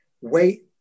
wait